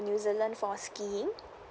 new zealand for skiing